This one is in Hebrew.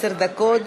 עשר דקות.